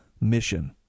mission